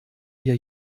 ihr